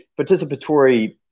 participatory